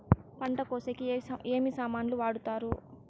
పంట కోసేకి ఏమి సామాన్లు వాడుతారు?